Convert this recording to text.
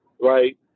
right